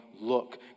look